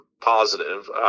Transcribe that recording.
positive